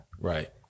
right